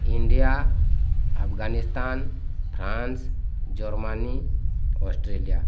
India Afghanistan France Germany Australia